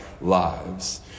lives